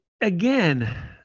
again